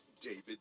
David